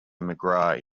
mcgrath